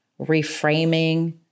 reframing